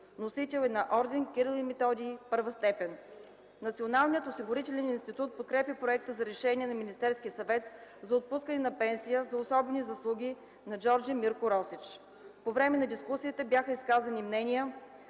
Носител е на орден „Кирил и Методий” I степен. Националният осигурителен институт подкрепя Проекта за решение на Министерския съвет за отпускане на пенсия за особени заслуги на Джордже Мирко Росич По време на дискусията бяха изказани мнения